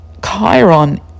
chiron